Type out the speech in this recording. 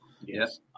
Yes